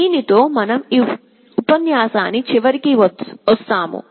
దీనితో మనం ఈ ఉపన్యాసం చివరికి వస్తాము